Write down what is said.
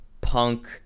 punk